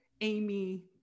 Amy